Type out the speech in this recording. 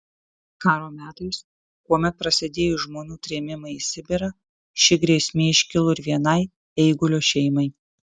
karo metais kuomet prasidėjo žmonių trėmimai į sibirą ši grėsmė iškilo ir vienai eigulio šeimai